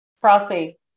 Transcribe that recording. Frosty